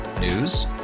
News